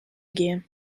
gean